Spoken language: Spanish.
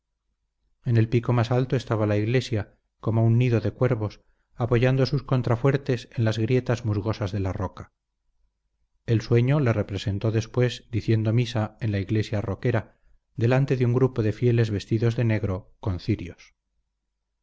en el pico más alto estaba la iglesia como un nido de cuervos apoyando sus contrafuertes en las grietas musgosas de la roca el sueño le representó después diciendo misa en la iglesia roquera delante de un grupo de fieles vestidos de negro con cirios